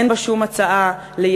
אין בה שום הצעה ליציבות.